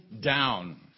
down